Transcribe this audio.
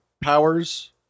powers